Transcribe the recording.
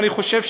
ואני חושב,